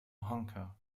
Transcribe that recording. honker